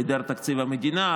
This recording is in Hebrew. היעדר תקציב המדינה,